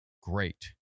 great